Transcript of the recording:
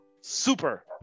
super